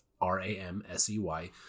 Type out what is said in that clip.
R-A-M-S-E-Y